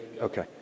Okay